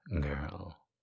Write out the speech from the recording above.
girl